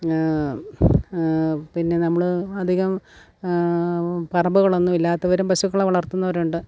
പിന്നെ നമ്മൾ അധികം പറമ്പുകളൊന്നും ഇല്ലാത്തവരും പശുക്കളെ വളർത്തുന്നവരുണ്ട്